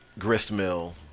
gristmill